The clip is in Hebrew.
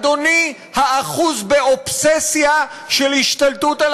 אדוני האחוז באובססיה של השתלטות על